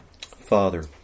Father